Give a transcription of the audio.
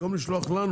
במקום לשלוח לנו,